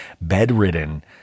bedridden